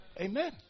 Amen